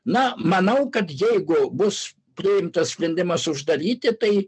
na manau kad jeigu bus priimtas sprendimas uždaryti tai